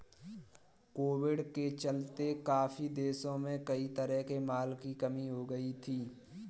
Covid के चलते काफी देशों में कई तरह के माल की कमी हो गई थी